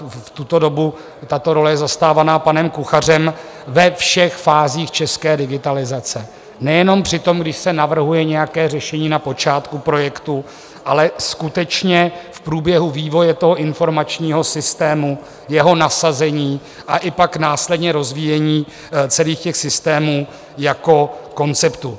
V tuto dobu tato role je zastávaná panem Kuchařem ve všech fázích české digitalizace, nejenom při tom, když se navrhuje nějaké řešení na počátku projektu, ale skutečně v průběhu vývoje informačního systému, jeho nasazení, a i pak následně rozvíjení celých systémů jako konceptů.